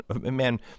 Man